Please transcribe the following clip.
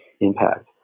impact